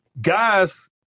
guys